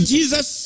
Jesus